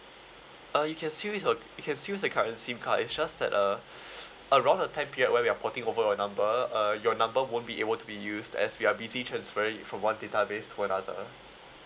uh you can still use your you can still use your current SIM card is just that uh around the time period when we are porting over your number uh your number won't be able to be used as we are busy transferring it from one database to another